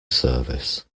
service